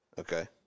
okay